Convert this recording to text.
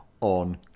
on